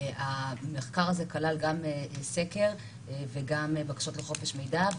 המחקר הזה כלל גם סקר וגם בקשות לחופש מידע,